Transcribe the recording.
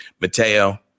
Mateo